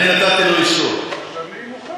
תודה רבה, ממשיכים.